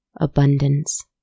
abundance